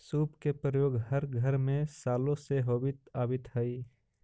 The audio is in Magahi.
सूप के प्रयोग हर घर में सालो से होवित आवित हई